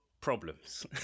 problems